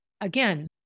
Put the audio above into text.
again